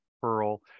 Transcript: pearl